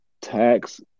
tax